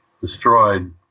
destroyed